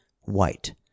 white